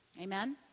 Amen